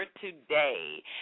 today